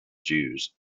jews